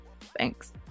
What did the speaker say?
Thanks